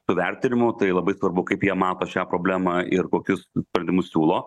su vertinimu tai labai svarbu kaip jie mato šią problemą ir kokius sprendimus siūlo